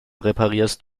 reparierst